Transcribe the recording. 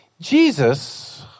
Jesus